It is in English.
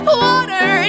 water